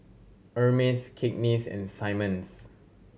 Hermes Cakenis and Simmons